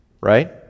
right